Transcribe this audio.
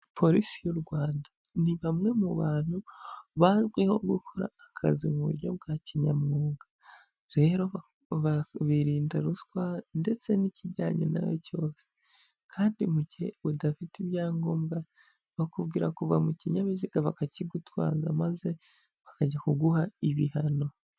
Polisi y'u Rwanda ni bamwe mu bantu bazwiho gukora akazi mu buryo bwa kinyamwuga, rero birinda ruswa ndetse n'ikijyanye nayo cyose kandi mu gihe udafite ibyangombwa bakubwira kuva mu kinyabiziga bakakigutwaza maze bakajya kuguha ibihano.